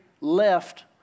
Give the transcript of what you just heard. left